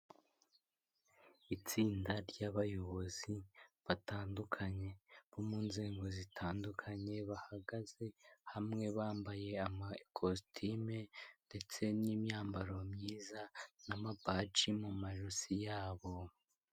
Itsinda ry'abayobozi batandukanye, bo mu nzego zitandukanye, bahagaze hamwe bambaye amakositime ndetse n'imyambaro myiza n'amabaji mu majosi yabo.